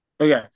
Okay